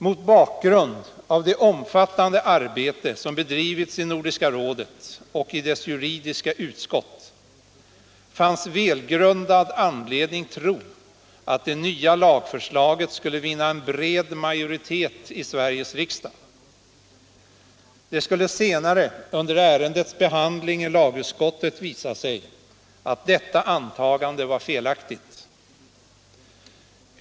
Mot bakgrund av det omfattande arbete som bedrivits i Nordiska rådet och dess juridiska utskott fanns välgrundad anledning tro att det nya lagförslaget skulle vinna en bred majoritet i Sveriges riksdag. Det skulle senare under ärendets behandling i lagutskottet visa sig att detta antagande var felaktigt.